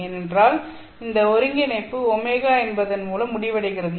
ஏனென்றால் இந்த ஒருங்கிணைப்பு ω என்பதன் மூலம் முடிவடைகிறது